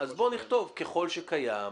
אז בוא נכתוב "ככל שקיים",